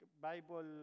Bible